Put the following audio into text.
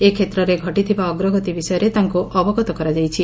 ଏକ୍ଷେତ୍ରରେ ଘଟିଥିବା ଅଗ୍ରଗତି ବିଷୟରେ ତାଙ୍କୁ ଅବଗତ କରାଯାଇଛି